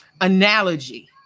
analogy